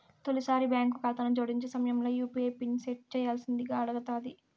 తొలిసారి బాంకు కాతాను జోడించే సమయంల యూ.పీ.ఐ పిన్ సెట్ చేయ్యాల్సిందింగా అడగతాది